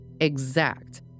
exact